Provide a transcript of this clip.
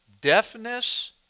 deafness